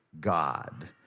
God